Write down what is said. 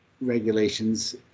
regulations